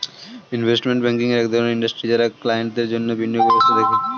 investment banking এক ধরণের industry যারা ক্লায়েন্টদের জন্যে বিনিয়োগ ব্যবস্থা দেখে